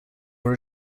were